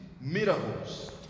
miracles